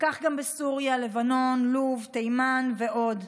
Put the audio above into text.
כך גם בסוריה, לבנון, לוב, תימן ועוד.